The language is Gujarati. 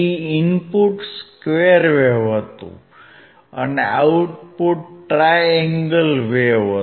ઇનપુટ સ્ક્વેર વેવ હતું અને આઉટપુટ ટ્રાય એંગલ વેવ હતું